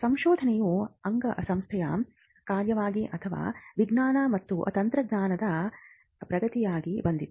ಸಂಶೋಧನೆಯು ಅಂಗಸಂಸ್ಥೆಯ ಕಾರ್ಯವಾಗಿ ಅಥವಾ ವಿಜ್ಞಾನ ಮತ್ತು ತಂತ್ರಜ್ಞಾನದ ಪ್ರಗತಿಯಾಗಿ ಬಂದಿತು